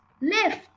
Lift